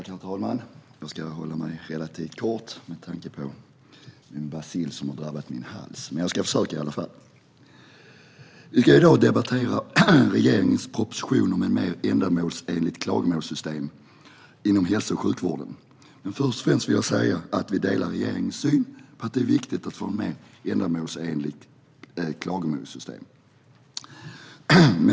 Herr talman! Jag ska fatta mig relativt kort med tanke på den bacill som har drabbat min hals. Men jag ska i alla fall försöka. Vi ska i dag debattera regeringens proposition om ett mer ändamålsenligt klagomålssystem i hälso och sjukvården. Först och främst vill jag säga att vi delar regeringens syn att det är viktigt att få ett mer ändamålsenligt klagomålssystem.